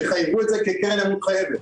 תחייבו את זה כקרן נאמנות חייבת,